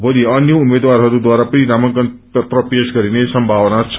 भोली अन्य उम्मेद्वाराहरूद्वारा नामांकन पत्र पेश गर्ने संमावना छ